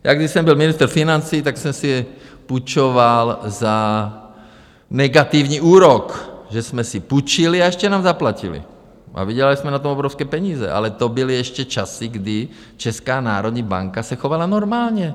Když jsem byl ministr financí, tak jsem si půjčoval za negativní úrok, že jsme si půjčili, a ještě nám zaplatili a vydělali jsme na tom obrovské peníze, ale to byly ještě časy, kdy Česká národní banka se chovala normálně.